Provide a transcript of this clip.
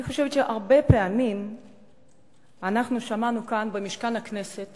אני חושבת שהרבה פעמים שמענו כאן במשכן הכנסת